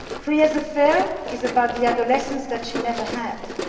priya's affair is about the adolescence that she never had.